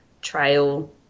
trail